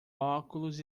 óculos